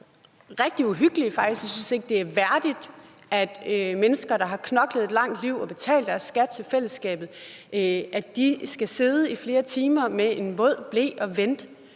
rigtig uhyggelige. Jeg synes ikke, det er værdigt, at mennesker, der har knoklet et langt liv og betalt deres skat til fællesskabet, skal sidde i flere timer med en våd ble og vente.